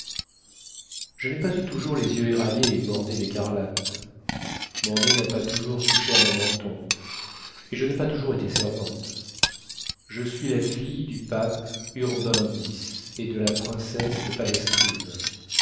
je n'ai pas eu toujours les yeux éraillés et bordés d'écarlate mon nez n'a pas toujours touché à mon menton et je n'ai pas toujours été servante je suis la fille du pape urbain x et de la princesse de palestrine